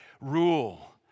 rule